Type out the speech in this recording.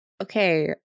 Okay